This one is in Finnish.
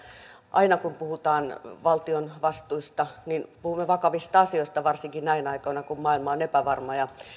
aina kun puhutaan valtion vastuista niin puhumme vakavista asioista varsinkin näinä aikoina kun maailma on epävarma ja